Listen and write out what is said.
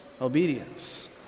obedience